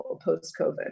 post-COVID